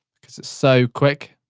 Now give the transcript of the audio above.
cause it's so quick,